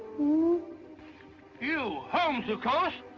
who you holmes, of course.